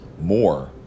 more